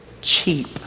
cheap